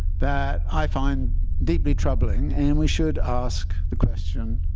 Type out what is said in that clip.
that i find deeply troubling. and we should ask the question,